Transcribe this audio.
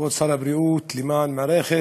כבוד שר הבריאות, למען מערכת